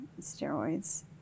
steroids